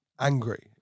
angry